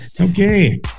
Okay